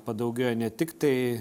padaugėjo ne tiktai